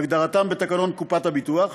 כהגדרתם בתקנון קופת הביטוח,